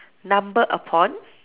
number upon